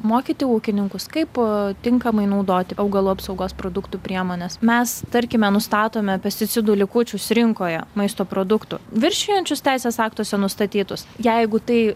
mokyti ūkininkus kaip tinkamai naudoti augalų apsaugos produktų priemones mes tarkime nustatome pesticidų likučius rinkoje maisto produktų viršijančius teisės aktuose nustatytus jeigu tai